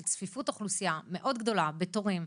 של צפיפות אוכלוסייה מאוד גדולה בתורים,